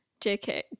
jk